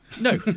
No